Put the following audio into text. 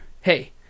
hey